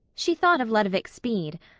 she thought of ludovic speed.